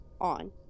on